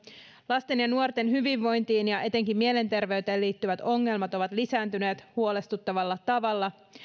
lasten ja nuorten hyvinvointiin ja etenkin mielenterveyteen liittyvät ongelmat ovat lisääntyneet huolestuttavalla tavalla